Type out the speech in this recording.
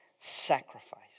sacrifice